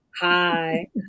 hi